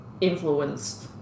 influenced